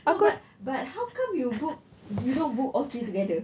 no but but how come you book you don't book all three together